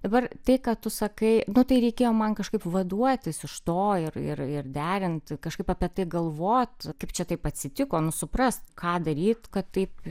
dabar tai kad tu sakai nu tai reikėjo man kažkaip vaduotis iš to ir ir ir derinti kažkaip apie tai galvot kaip čia taip atsitiko nu suprast ką daryt kad taip